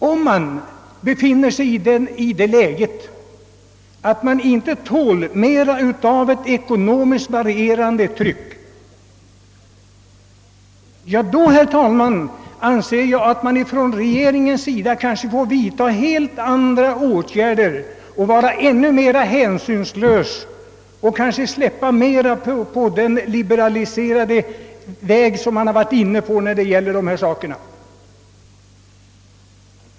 Om läget är sådant, att industrien inte tål mer av ekonomiskt varierande tryck, herr talman, anser jag att regeringen bör vidta helt andra åtgärder, vara ännu mer hänsynslös och kanske ge större avkall på den liberaliserade politik som den hittills fört i dessa frågor.